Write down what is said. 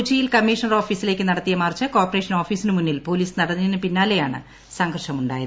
കൊച്ചിയിൽ കമ്മീഷണർ ഓഫീസിലേക്ക് നടത്തിയ മാർച്ച് കോർപ്പറേഷൻ ഓഫീസിന് മുന്നിൽ പോലീസ് തടഞ്ഞതിന് പിന്നാലെയാണ് സംഘർഷമുണ്ടായത്